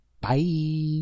Bye